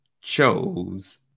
chose